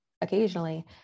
occasionally